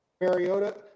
Mariota